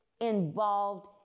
involved